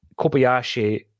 Kobayashi